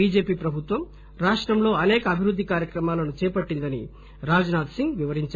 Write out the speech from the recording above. BJP ప్రభుత్వం రాష్టంలో అసేక అభివృద్ది కార్యక్రమాలను చేపట్టిందని రాజ్ నాధ్ సింగ్ వివరించారు